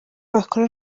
bakora